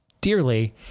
dearly